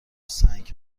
سنگ